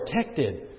protected